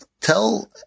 tell